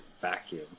vacuum